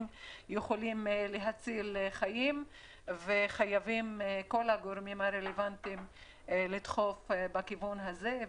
יכולות להציל חיים וחייבים כל גורמים הרלוונטיים לדחוף בכיוון הזה.